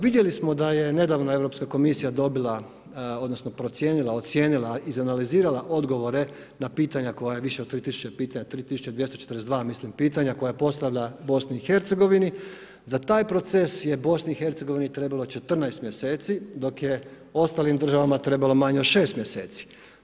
Vidjeli smo da je nedavno Europska komisija dobila odnosno procijenila, ocijenila, izanalizirala odgovore na pitanja koja je više od 3242 mislim pitanja koja je postavila BiH, za ta proces BiH je trebalo 14 mjeseci dok je ostalim državama trebalo manje od 6 mjeseci.